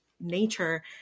nature